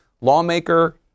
lawmaker